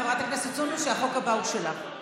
חברת הכנסת סונדוס, החוק הבא הוא שלך.